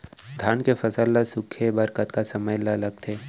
धान के फसल ल सूखे बर कतका समय ल लगथे?